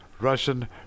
Russian